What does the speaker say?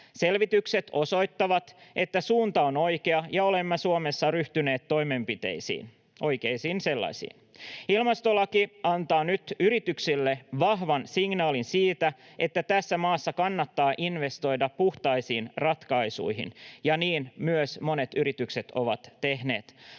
Selvitykset osoittavat, että suunta on oikea ja olemme Suomessa ryhtyneet toimenpiteisiin — oikeisiin sellaisiin. Ilmastolaki antaa nyt yrityksille vahvan signaalin siitä, että tässä maassa kannattaa investoida puhtaisiin ratkaisuihin, ja niin myös monet yritykset ovat tehneet.